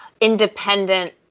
independent